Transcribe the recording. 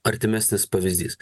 artimesnis pavyzdys